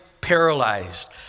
paralyzed